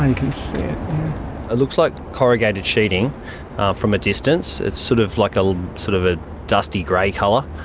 and looks like corrugated sheeting from a distance. it's sort of like a, sort of a dusty grey colour.